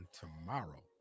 tomorrow